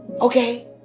Okay